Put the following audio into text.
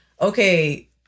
okay